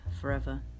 forever